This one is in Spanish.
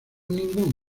ningún